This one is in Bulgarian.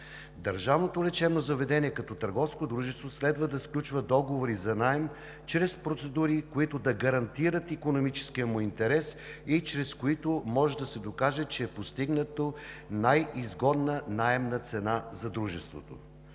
Държавното лечебно заведение като търговско дружество следва да сключва договори за наем чрез процедури, които да гарантират икономическия му интерес и чрез които може да се докаже, че е постигната най-изгодна наемна цена за Дружеството.